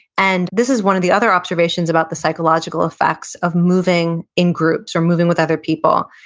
and this is one of the other observations about the psychological effects of moving in groups or moving with other people,